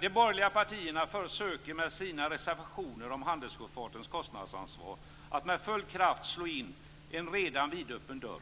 De borgerliga partierna försöker med sin reservation om handelssjöfartens kostnadsansvar att med full kraft slå in en redan vidöppen dörr.